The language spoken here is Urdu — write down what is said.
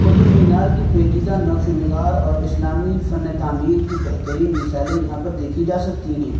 قطب مینار کی پیچیدہ نقش و نگار اور اسلامی فنِ تعمیر کی بہترین مثالیں یہاں پر دیکھی جا سکتی ہیں